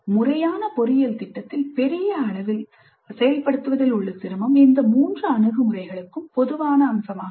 முறையான பொறியியல் திட்டத்தில் பெரிய அளவில் செயல்படுத்துவதில் உள்ள சிரமம் இந்த மூன்று அணுகுமுறைகளுக்கும் பொதுவான அம்சமாகும்